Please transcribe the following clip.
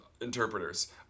interpreters